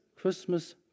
Christmas